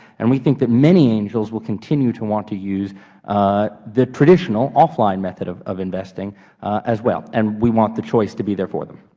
and we think that many angels will continue to want to use the traditional offline method of of investing as well. and we want the choice to be there for them.